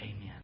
Amen